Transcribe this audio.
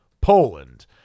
Poland